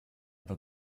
pas